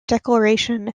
declaration